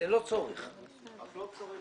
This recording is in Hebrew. פרסום כאמור בסעיף קטן (א) בעניין עיצום כספי